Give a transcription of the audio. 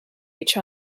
each